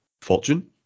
fortune